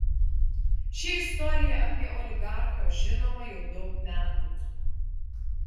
ši istorija apie oligarchą žinoma jau daug metų